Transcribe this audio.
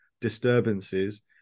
disturbances